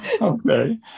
Okay